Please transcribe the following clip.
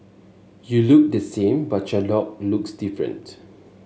you look the same but your dog looks different